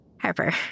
Harper